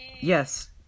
Yes